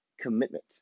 commitment